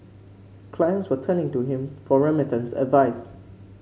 clients were turning to him for remittance advice